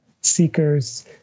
seekers